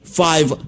five